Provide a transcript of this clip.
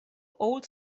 old